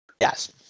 Yes